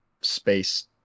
space